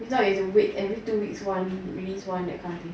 if not you have to wait like every two week release one that kind of thing